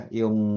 yung